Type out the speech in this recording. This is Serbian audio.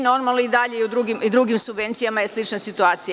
Normalno, dalje, i u drugim subvencijama je slična situacija.